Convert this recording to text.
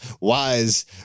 wise